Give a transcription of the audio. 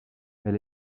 elle